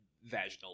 vaginal